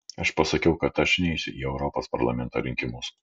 aš pasakiau kad aš neisiu į europos parlamento rinkimus